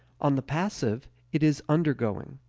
on the passive, it is undergoing.